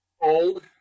Old